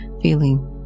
feeling